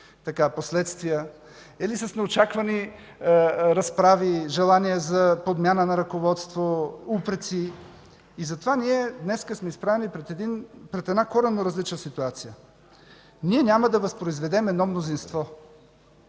последствия, или с неочаквани разправи, желания за подмяна на ръководството, упреци. Затова днес сме изправени пред една коренно различна ситуация. Ние няма да възпроизведем едно мнозинство.